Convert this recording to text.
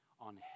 on